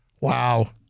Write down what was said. Wow